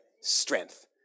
strength